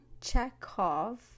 Chekhov